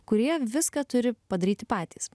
kurie viską turi padaryti patys